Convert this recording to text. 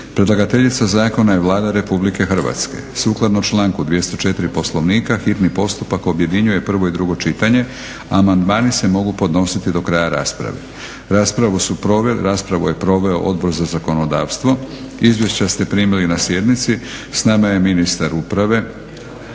Predlagateljica zakona je Vlada Republike Hrvatske. Sukladno članku 204. Poslovnika hitni postupak objedinjuje prvo i drugo čitanje. Amandmani se mogu podnositi do kraja rasprave. Raspravu je proveo Odbora za zakonodavstvo. Izvješća ste primili na sjednici. S nama je ministar uprave